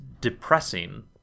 depressing